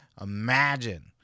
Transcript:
imagine